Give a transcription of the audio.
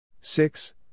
Six